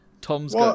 Tom's